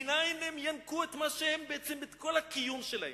מנין הם ינקו בעצם את כל הקיום שלהם.